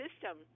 system